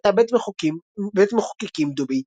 שהייתה בית מחוקקים דו-ביתי.